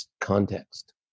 context